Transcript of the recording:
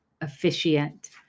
officiant